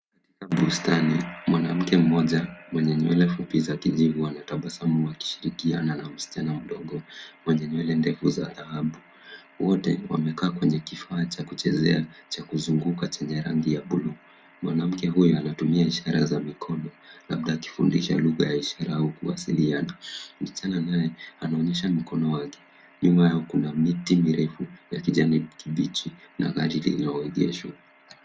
Bustani, mwanamke mmoja mwenye nywele fupi za kijivu, anatabasamu akishirikiana na msichana mdogo mwenye nywele ndefu za dhahabu. Wote wamekaa kwenye kifaa cha kuchezea, cha kuzunguka chenye rangi ya buluu. Mwanamke huyu anatumia ishara za mkono labda akifundisha lugha ya ishara au kuwasiliana. Msichana naye anaonyesha mkono wake, nyuma yao kuna miti mirefu ya kijani kibichi na gari linaonyeshwa.